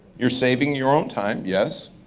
you're saving your own time, yes.